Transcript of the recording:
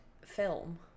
film